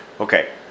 Okay